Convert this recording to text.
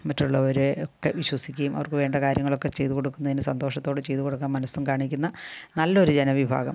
മറ്റുള്ളവരെ ഒക്കെ വിശ്വസിക്കുകയും അവർക്ക് വേണ്ട കാര്യങ്ങളൊക്കെ ചെയ്ത് കൊടുക്കുന്നതിന് സന്തോഷത്തോടെ ചെയ്ത് കൊടുക്കാൻ മനസ്സും കാണിക്കുന്ന നല്ലൊരു ജനവിഭാഗം